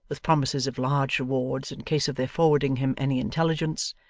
with promises of large rewards in case of their forwarding him any intelligence,